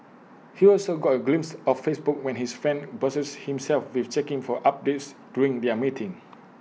he also got A glimpse of Facebook when his friend busied himself with checking for updates during their meeting